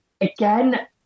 again